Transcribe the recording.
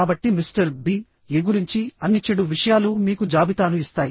కాబట్టి mister B A గురించి అన్ని చెడు విషయాలు మీకు జాబితాను ఇస్తాయి